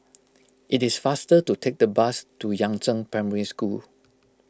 it is faster to take the bus to Yangzheng Primary School